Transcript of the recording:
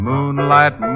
Moonlight